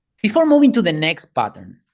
before moving to the next pattern,